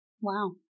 Wow